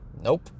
nope